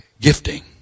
gifting